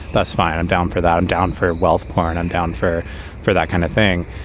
that's fine. i'm down for that. i'm down for wealth power and i'm downfor for that kind of thing.